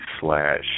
slash